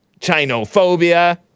Chinophobia